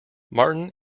martin